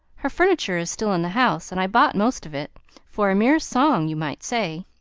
her furniture is still in the house, and i bought most of it for a mere song you might say,